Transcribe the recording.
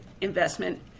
investment